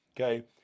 Okay